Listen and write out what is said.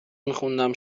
میخوندم